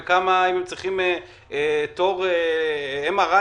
ואם צריך תור ל-MRI,